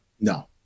no